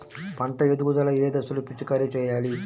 పంట ఎదుగుదల ఏ దశలో పిచికారీ చేయాలి?